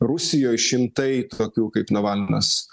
rusijoj šimtai tokių kaip navalnas